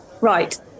right